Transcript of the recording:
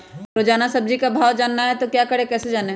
रोजाना सब्जी का भाव जानना हो तो क्या करें कैसे जाने?